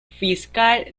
fiscal